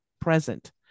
present